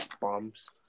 bombs